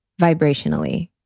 vibrationally